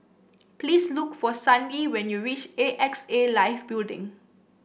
please look for Sandi when you reach A X A Life Building